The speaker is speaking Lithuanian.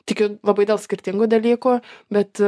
tikiu labai dėl skirtingų dalykų bet